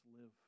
live